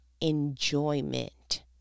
enjoyment